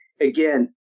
again